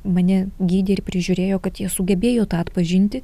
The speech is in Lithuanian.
mane gydė ir prižiūrėjo kad jie sugebėjo tą atpažinti